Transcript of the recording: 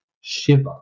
shiver